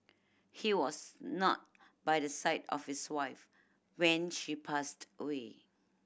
he was not by the side of his wife when she passed away